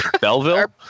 Belleville